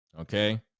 Okay